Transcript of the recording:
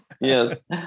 Yes